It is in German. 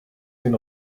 den